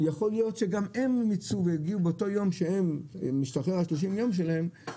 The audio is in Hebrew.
יכול להיות שגם הם יגיעו באותו יום שהם משתחרר ה-30 יום שלהם,